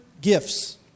gifts